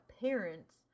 parents